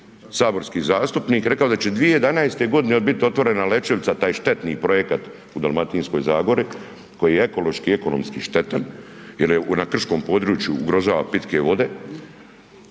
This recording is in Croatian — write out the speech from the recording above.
saborski zastupnik, rekao je da će 2011. godine bit otvorena Lećevica taj štetni projekat u Dalmatinskoj zagori koji je ekološki i ekonomski štetan jer je na krškom području ugrožava pitke vode.